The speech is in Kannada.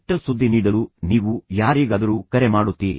ಕೆಟ್ಟ ಸುದ್ದಿ ನೀಡಲು ನೀವು ಯಾರಿಗಾದರೂ ಕರೆ ಮಾಡುತ್ತೀರಿ